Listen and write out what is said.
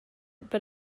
but